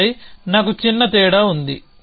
ఆపై నాకు చిన్న తేడా ఉంది